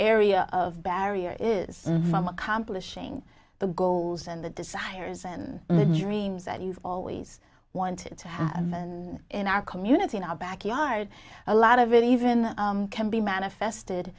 area of barrier is from accomplishing the goals and the desires and dreams that you've always wanted to have in our community in our backyard a lot of it even can be manifested